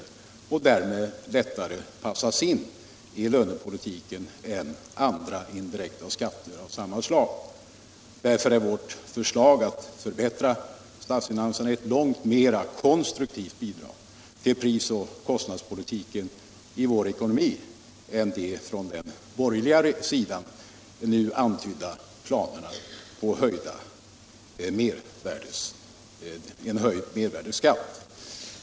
Därmed kan avgifterna lättare passas in i lönepolitiken än andra indirekta skatter av samma slag. Därför är vårt förslag att förbättra statsfinanserna ett långt mer konstruktivt bidrag till prisoch kostnadspolitiken i vår ekonomi än de från den borgerliga sidan nu antydda planerna på en höjd mervärdeskatt.